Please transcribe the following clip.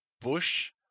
Bush